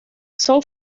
son